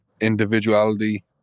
individuality